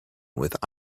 with